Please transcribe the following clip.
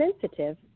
sensitive